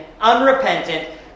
unrepentant